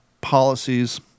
policies